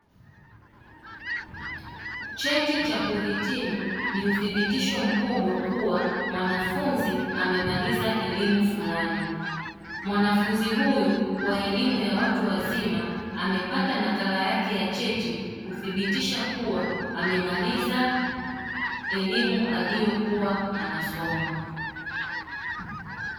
Cheti cha kuhitimu ni uthibitisho mkubwa kuwa mwanafunzi amemaliza elimu fulani, mwanafunzi huyu wa elimu ya watu wazima amepata nakala yake ya cheti kuthibitisha kuwa amemaliza elimu aliyokuwa anasoma.